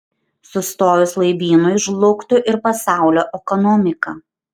sustojus laivynui žlugtų ir pasaulio ekonomika